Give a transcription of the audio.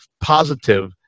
positive